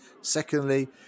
secondly